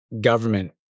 government